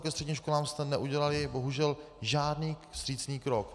Ve vztahu ke středním školám jste neudělali bohužel žádný vstřícný krok.